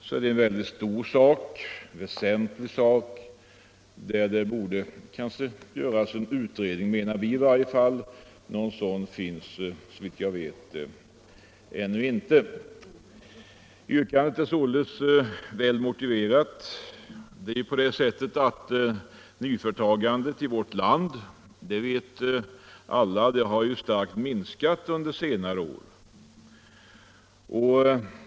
Det är en väsentlig fråga, och någon utredning finns såvitt jag vet ännu inte. Yrkandet är således högst motiverat. Nyföretagandet i vårt land har, som vi alla vet, starkt minskat under senare år.